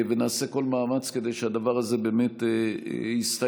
נעשה כל מאמץ כדי שהדבר הזה באמת יסתיים,